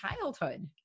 childhood